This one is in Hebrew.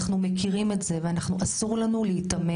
אנחנו מכירים את זה ואסור לנו להיתמם.